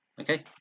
okay